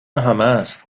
همست